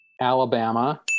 Alabama